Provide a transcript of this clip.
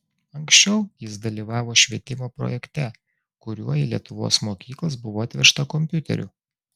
anksčiau jis dalyvavo švietimo projekte kuriuo į lietuvos mokyklas buvo atvežta kompiuterių